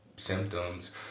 symptoms